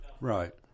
Right